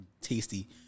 tasty